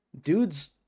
dudes